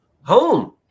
home